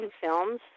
films